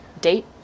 date